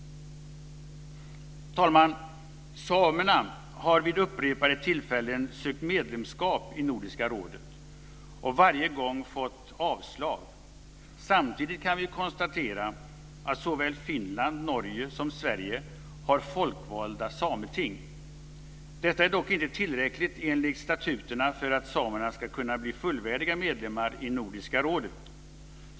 Samerna har vid upprepade tillfällen sökt medlemskap i Nordiska rådet och varje gång fått avslag. Samtidigt kan vi konstatera att såväl Finland, Norge som Sverige har folkvalda sameting. Detta är dock inte tillräckligt enligt statuterna för att samerna ska kunna bli fullvärdiga medlemmar i Nordiska rådet.